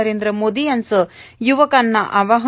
नरेंद्र मोदी यांचं युवकांना आवाहन